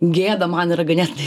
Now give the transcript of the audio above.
gėda man yra ganėtinai